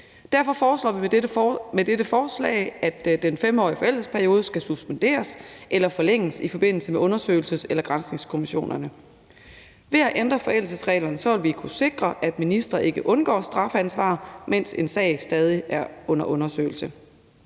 Derfor foreslår vi med dette forslag, at den 5-årige forældelsesperiode skal suspenderes eller forlænges i forbindelse med undersøgelses- eller granskningskommissionerne. Ved at ændre forældelsesreglerne vil vi kunne sikre, at ministre ikke undgår strafansvar, mens en sag stadig er under undersøgelse.